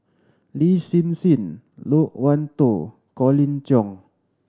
Lin Hsin Hsin Loke Wan Tho Colin Cheong